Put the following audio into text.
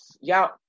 y'all